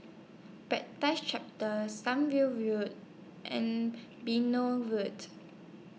chapter Sunview View and Benoi Road